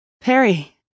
Perry